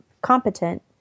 competent